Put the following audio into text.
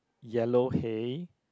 yellow hay